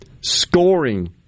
scoring